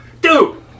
Dude